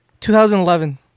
2011